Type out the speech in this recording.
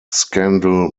scandal